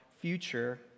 future